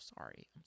sorry